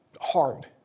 hard